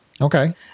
okay